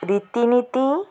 ରୀତିନୀତି